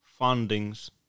fundings